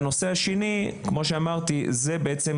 והנושא השני, כמו שאמרתי, זה בעצם